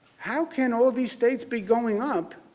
how can all of these states be going up